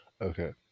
Okay